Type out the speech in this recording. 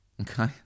okay